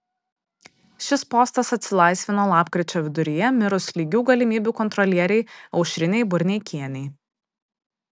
šis postas atsilaisvino lapkričio viduryje mirus lygių galimybių kontrolierei aušrinei burneikienei